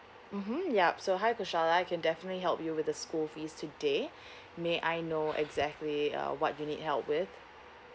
mmhmm yup so hi gusara I can definitely help you with the school fees today may I know exactly uh what you need help with